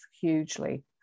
hugely